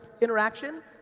interaction